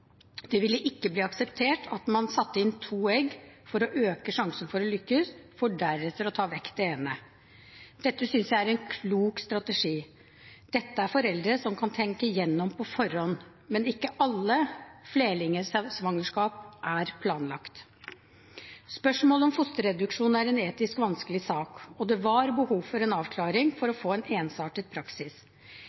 Det ville ikke bli akseptert at man satte inn to egg for å øke sjansen for å lykkes, for deretter å ta vekk det ene. Dette synes jeg er en klok strategi. Dette er foreldre som kan tenke igjennom på forhånd. Men ikke alle flerlingsvangerskap er planlagt. Spørsmålet om fosterreduksjon er en etisk vanskelig sak, og det var behov for en avklaring for å få en ensartet praksis.